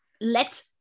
let